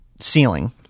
ceiling